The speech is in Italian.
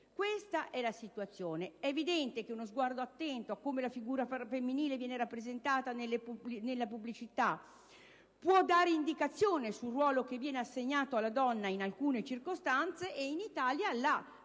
Questa è la situazione. È evidente che uno sguardo attento a come la figura femminile viene rappresentata nella pubblicità può dare indicazioni sul ruolo che viene assegnato alla donna in alcune circostanze, e in Italia la